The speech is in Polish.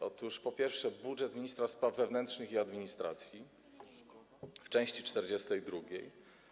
Otóż, po pierwsze, budżet ministra spraw wewnętrznych i administracji w części 42.